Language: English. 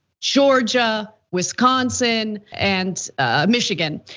georgia, wisconsin and michigan.